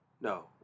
No